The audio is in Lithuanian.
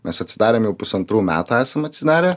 mes atsidarėm jau pusantrų metų esam atsidarę